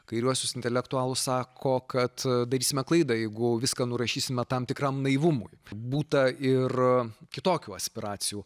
kairiuosius intelektualus sako kad darysime klaidą jeigu viską nurašysime tam tikram naivumui būta ir kitokių aspiracijų